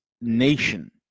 nation